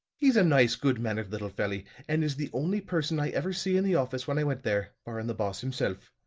he's a nice, good mannered little felly, and is the only person i ever see in the office when i went there, barrin' the boss himself.